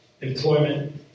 employment